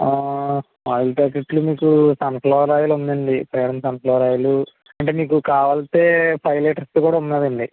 oil ప్యాకెట్లు మీకు sunflower oil ఉందండి ఫ్రీడం సన్ ఫ్లవర్ ఆయిలు అంటే మీకు కావలిస్తే ఫైవ్ లీటర్స్ది కూడా ఉందండి